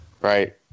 Right